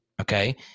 Okay